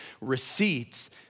receipts